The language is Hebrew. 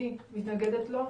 אני מתנגדת לו,